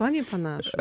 man jie panašūs